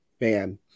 man